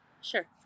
Sure